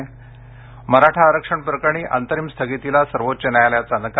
त मराठा आरक्षण प्रकरणी अंतरिम स्थगितीस सर्वोच्च न्यायालयांचा नकार